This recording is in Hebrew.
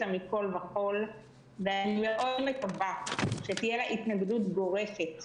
אני מאוד מבקשת,